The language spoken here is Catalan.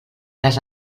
les